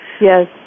Yes